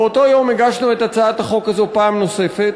באותו יום הגשנו את הצעת החוק הזאת פעם נוספת,